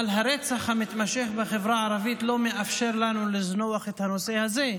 אבל הרצח המתמשך בחברה הערבית לא מאפשר לנו לזנוח את הנושא הזה,